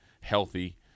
healthy